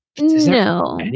No